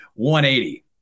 180